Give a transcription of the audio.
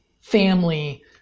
family